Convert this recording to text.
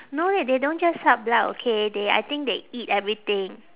no leh they don't just suck blood okay they I think they eat everything